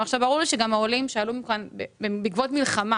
עכשיו, ברור לי שגם העולים שעלו לכאן בעקבות מלחמה